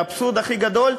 והאבסורד הכי גדול,